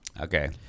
Okay